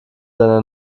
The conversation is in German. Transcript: deiner